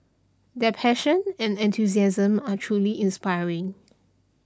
their passion and enthusiasm are truly inspiring